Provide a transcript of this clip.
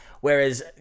whereas